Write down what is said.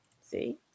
See